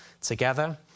together